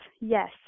Yes